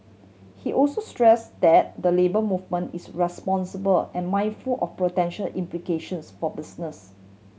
he also stress that the Labour Movement is responsible and mindful of potential implications for business